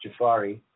Jafari